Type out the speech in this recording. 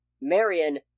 Marion